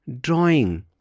Drawing